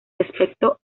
respecto